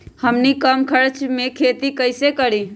हमनी कम खर्च मे खेती कई से करी?